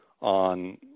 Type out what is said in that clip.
on